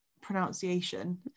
pronunciation